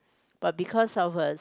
but because of a